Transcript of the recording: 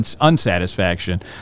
unsatisfaction